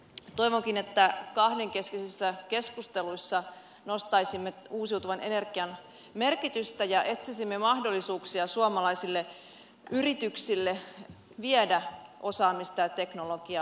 toivonkin että kahdenkeskisissä keskusteluissa nostaisimme uusiutuvan energian merkitystä ja etsisimme mahdollisuuksia suomalaisille yrityksille viedä osaamista ja teknologiaa